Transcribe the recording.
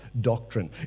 doctrine